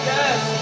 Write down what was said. Yes